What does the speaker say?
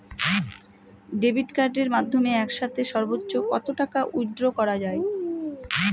Debit কার্ডের মাধ্যমে একসাথে সর্ব্বোচ্চ কত টাকা উইথড্র করা য়ায়?